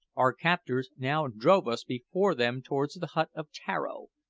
our captors now drove us before them towards the hut of tararo,